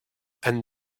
and